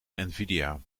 nvidia